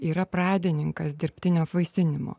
yra pradininkas dirbtinio apvaisinimo